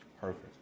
Perfect